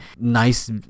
Nice